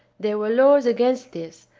there were laws against this,